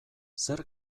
zer